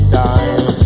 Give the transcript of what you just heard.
time